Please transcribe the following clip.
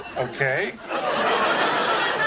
Okay